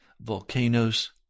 volcanoes